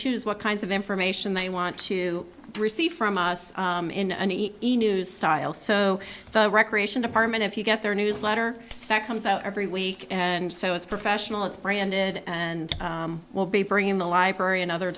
choose what kinds of information they want to receive from us in a news style so the recreation department if you get their newsletter that comes out every week and so it's professional it's branded and will be bringing the library and other